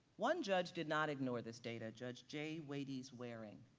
one judge did not ignore this data judge j. waties waring,